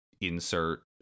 insert